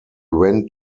went